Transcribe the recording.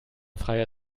freie